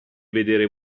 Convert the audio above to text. vedere